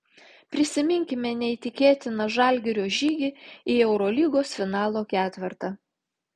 prisiminkime neįtikėtiną žalgirio žygį į eurolygos finalo ketvertą